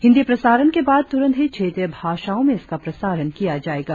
हिंदी प्रसारण के बाद तुरंत ही क्षेत्रीय भाषाओं में इसका प्रसारण किया जायेगा